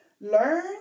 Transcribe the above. learn